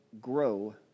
grow